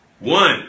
One